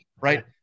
Right